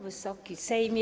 Wysoki Sejmie!